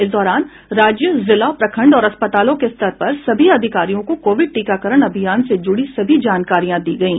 इस दौरान राज्य जिला प्रखंड और अस्पतालों के स्तर पर सभी अधिकारियों को कोविड टीकाकरण अभियान से जूडी सभी जानकारियां दी गयी